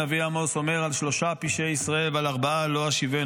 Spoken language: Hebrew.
הנביא עמוס אומר "על שלֹשה פשעי ישראל ועל ארבעה לא אשיבנו".